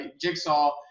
Jigsaw